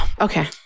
Okay